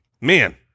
man